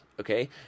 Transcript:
Okay